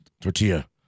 tortilla